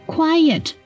Quiet